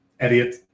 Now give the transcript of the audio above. idiot